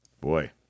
Boy